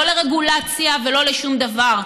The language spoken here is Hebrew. לא לרגולציה ולא לשום דבר,